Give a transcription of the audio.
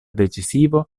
decisivo